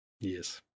Yes